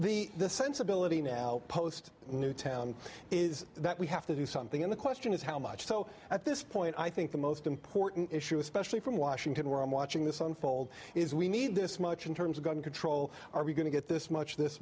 the sensibility now post newtown is that we have to do something and the question is how much so at this point i think the most important issue especially from washington we're in watching this unfold is we need this much in terms of gun control are we going to get this much this